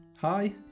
Hi